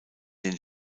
den